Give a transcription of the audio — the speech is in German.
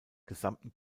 gesamten